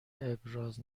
ابراز